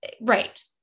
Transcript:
right